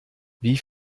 wie